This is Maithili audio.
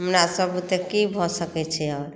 हमरा सभ बुते की भऽ सकै छै अब